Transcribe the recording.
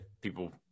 people